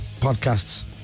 podcasts